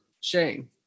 Shane